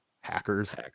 hackers